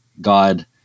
God